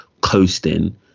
coasting